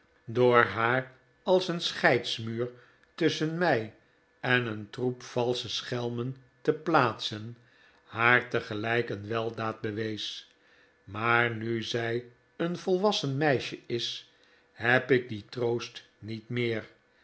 door haar als een scheidsmuur tusschen mij en een troep valsche schelmen te plaatsen haar tegelijk een weldaad bewees maar nu zij een volwassen meisje is heb ik dien troost niet meer